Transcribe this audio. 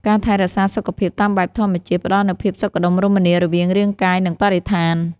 ការថែរក្សាសុខភាពតាមបែបធម្មជាតិ ផ្តល់នូវភាពសុខដុមរមនារវាងរាងកាយ និងបរិស្ថាន។